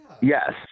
Yes